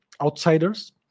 outsiders